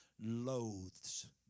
loathes